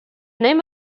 name